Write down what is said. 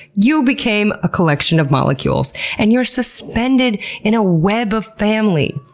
you became a collection of molecules and you're suspended in a web of family.